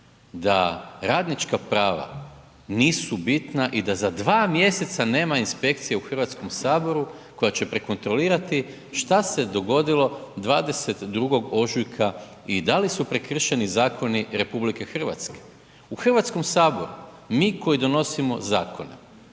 da radnička prava nisu bitna i da za dva mjeseca nema inspekcije u HS-u koja će prekontrolirati što se je dogodilo 22. ožujka i da li su prekršeni zakoni RH? U HS-u mi koji donosimo zakone,